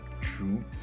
true